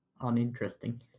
uninteresting